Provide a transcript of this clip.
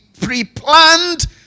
pre-planned